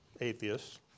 atheists